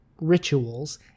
rituals